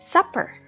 Supper